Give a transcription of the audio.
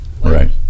right